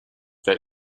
that